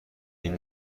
این